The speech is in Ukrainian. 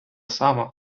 сама